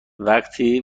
وقتی